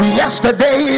yesterday